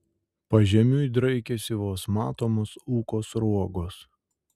pažemiui draikėsi vos matomos ūko sruogos